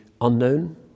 unknown